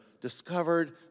discovered